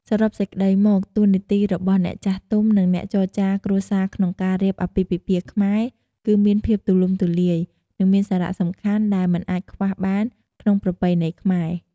សរុបសេចក្តីមក តួនាទីរបស់អ្នកចាស់ទុំ និងអ្នកចរចារគ្រួសារក្នុងការរៀបអាពាហ៍ពិពាហ៍ខ្មែរ គឺមានភាពទូលំទូលាយ និងមានសារៈសំខាន់ដែលមិនអាចខ្វះបានក្នុងប្រពៃណីខ្មែរ។